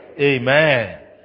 Amen